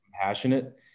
compassionate